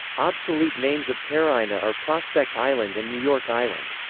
obsolete names of teraina are prospect island and new york island.